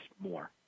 more